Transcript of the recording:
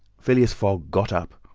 phileas fogg got up,